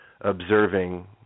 observing